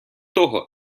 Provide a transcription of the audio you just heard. того